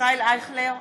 ישראל אייכלר,